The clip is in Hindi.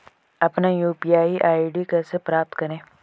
अपना यू.पी.आई आई.डी कैसे प्राप्त करें?